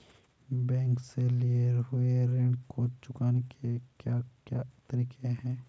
Bank से लिए हुए ऋण को चुकाने के क्या क्या तरीके हैं?